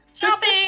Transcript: shopping